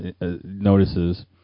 notices